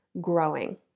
growing